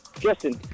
Justin